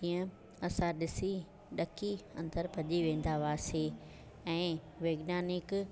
जीअं असां ॾिसी ॾकी अंदरि भॼी वेंदा हुआसीं ऐं वैज्ञानिक